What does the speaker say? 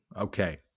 Okay